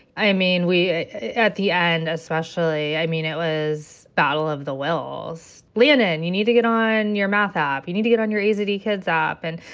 i mean, at the end especially, i mean, it was battle of the wills. landon, you need to get on your math app. you need to get on your a z kids app. and,